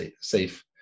safe